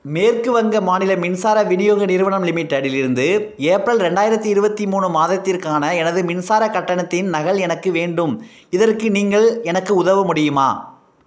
மேற்கு வங்க மாநில மின்சார விநியோக நிறுவனம் லிமிட்டெடிலிருந்து ஏப்ரல் ரெண்டாயிரத்தி இருபத்தி மூணு மாதத்திற்கான எனது மின்சார கட்டணத்தின் நகல் எனக்கு வேண்டும் இதற்கு நீங்கள் எனக்கு உதவ முடியுமா